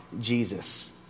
Jesus